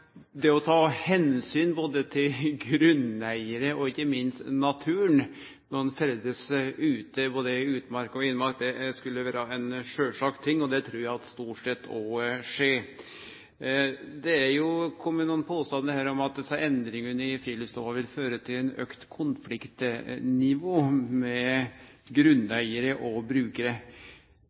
det er like greit å understreke at vi har ei allemannsplikt. Det å ta omsyn både til grunneigarane og ikkje minst til naturen når ein skal ferdast i både utmark og innmark, skulle vere sjølvsagt, og det trur eg òg stort sett skjer. Det har jo kome nokre påstandar her om at desse endringane i friluftslova vil føre til eit auka konfliktnivå mellom grunneigarane og